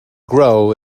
grow